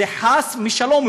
זה חס משלום.